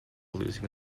losing